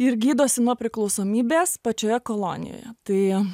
ir gydosi nuo priklausomybės pačioje kolonijoje tai